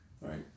Right